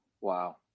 Wow